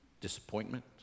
Disappointment